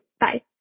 Bye